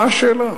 מה השאלה?